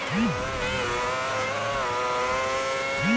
सोना से लोन मिल सकली हे?